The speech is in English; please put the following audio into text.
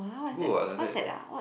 good what like that